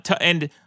and-